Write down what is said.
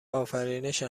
آفرینش